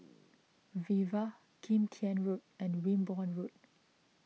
Viva Kim Tian Road and Wimborne Road